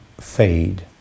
fade